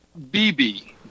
BB